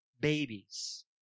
babies